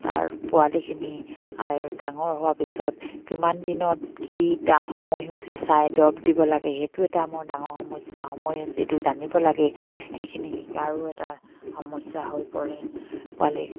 তাৰ পোৱালিখিনি আৰু ডাঙৰ হোৱাৰ পিছত কিমান দিনত কি তাৰ সময়সূচী চাই দৰৱ দিব লাগে সেইটো এটা মোৰ ডাঙৰ সমস্যা সময়সূচীটো জানিব লাগে সেইখিনি এটা সমস্যা হৈ পৰে পোৱালি